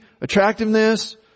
Attractiveness